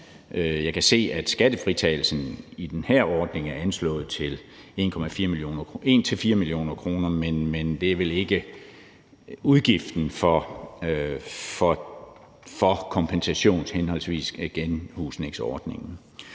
Jeg kan se, at skattefritagelsen i den her ordning er anslået til 1-4 mio. kr., men det er vel ikke udgiften til henholdsvis kompensations- og genhusningsordningen?